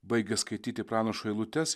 baigęs skaityti pranašo eilutes